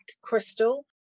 crystal